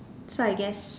so I guess